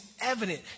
evident